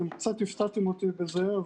אתם קצת הפתעתם אותי בזה.